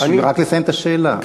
רק לסיים את השאלה.